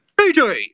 DJ